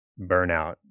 burnout